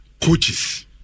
coaches